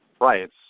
Right